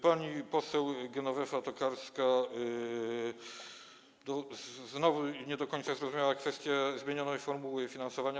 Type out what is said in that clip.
Pani poseł Genowefa Tokarska znowu nie do końca zrozumiała kwestię zmienionej formuły finansowania.